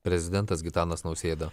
prezidentas gitanas nausėda